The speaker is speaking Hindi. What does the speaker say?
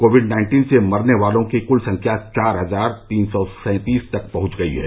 कोविड नाइन्टीन से मरने वालों की कुल संख्या चार हजार तीन सौ सैंतीस तक पहुंच गई है